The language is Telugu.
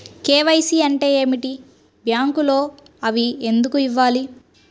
కే.వై.సి అంటే ఏమిటి? బ్యాంకులో అవి ఎందుకు ఇవ్వాలి?